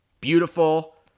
Beautiful